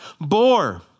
bore